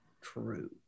true